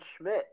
Schmidt